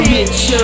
Bitch